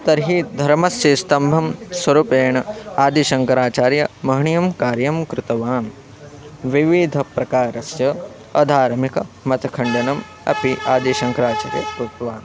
तर्हि धर्मस्य स्तम्भं स्वरूपेण आदिशङ्कराचार्यमहनीयं कार्यं कृतवान् विविधप्रकारस्य अधार्मिकमतखण्डनम् अपि आदिशङ्कराचार्यः कृतवान्